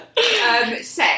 sex